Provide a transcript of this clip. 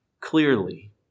Clearly